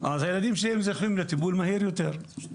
אז הילדים שלהם זוכים לטיפול מהיר יותר.